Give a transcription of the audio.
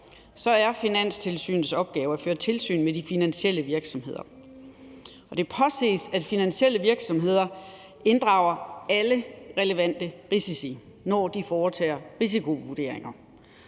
er Finanstilsynets opgave at føre tilsyn med de finansielle virksomheder, og det påses, at finansielle virksomheder inddrager alle relevante risici, når de foretager risikovurderinger.